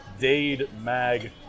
DadeMag